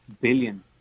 billion